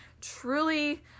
truly